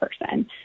person